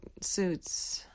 suits